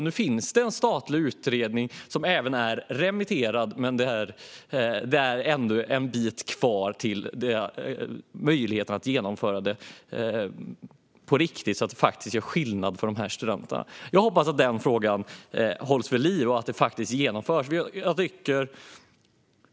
Nu finns det en statlig utredning på remiss, men det är en bit kvar innan detta kan genomföras på riktigt och göra skillnad för studenterna. Jag hoppas att denna fråga hålls vid liv och att detta genomförs.